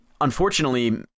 unfortunately